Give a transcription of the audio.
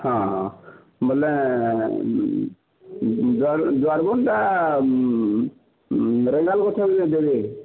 ହଁ ବେଲେ ଦୁଆର୍ ବନ୍ଧ୍ଟା ରେଂଗାଲ୍ ଗଛର୍ଟା ଦେବେ